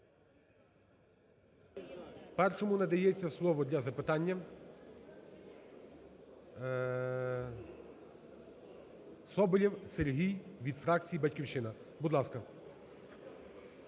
Першому надається слово для запитання, Соболєв Сергій від фракції "Батьківщина". Будь ласка.